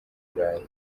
burayi